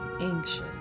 Anxious